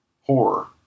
horror